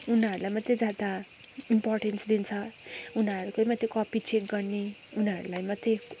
उनीहरूलाई मात्रै ज्यादा इम्पोर्टेन्स दिन्छ उनीहरूकै मात्रै कपि चेक गर्ने उनीहरूलाई मात्रै